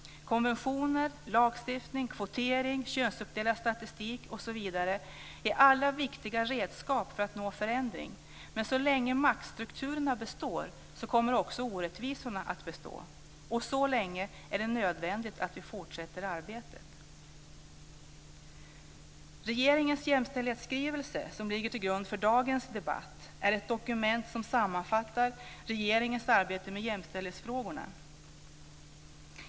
Konventioner, lagstiftning, kvotering, könsuppdelad statistik osv. är alla viktiga redskap för att man ska nå förändring. Men så länge maktstrukturerna består kommer också orättvisorna att bestå. Och så länge är det nödvändigt att vi fortsätter arbetet. Regeringens jämställdhetsskrivelse som ligger till grund för dagens debatt är ett dokument som sammanfattar regeringens arbete med jämställdhetsfrågorna.